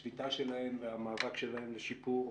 השביתה שלהם והמאבק שלהן לשיפור